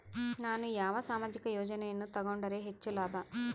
ನಾನು ಯಾವ ಸಾಮಾಜಿಕ ಯೋಜನೆಯನ್ನು ತಗೊಂಡರ ಹೆಚ್ಚು ಲಾಭ?